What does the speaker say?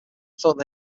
thought